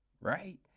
right